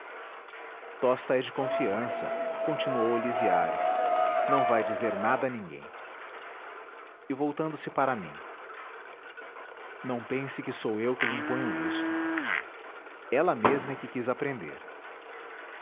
é de confiança continuou elisiário não vai dizer nada a ninguém e voltando-se para mim não pense que sou eu que lhe imponho isto ela mesma é que quis aprender